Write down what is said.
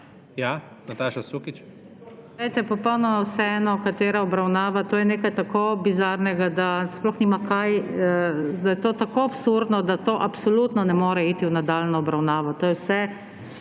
Ja? Nataša Sukič.